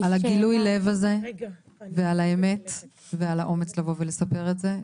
על גילוי הלב הזה ועל האמת ועל האומץ לבוא ולספר את זה.